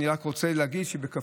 ואני רק רוצה להגיד שבכפוף,